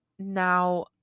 Now